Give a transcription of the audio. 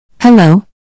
Hello